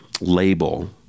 label